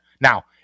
now